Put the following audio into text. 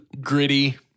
Gritty